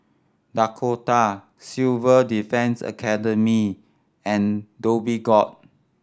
Dakota Civil Defence Academy and Dhoby Ghaut